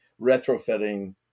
retrofitting